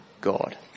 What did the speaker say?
God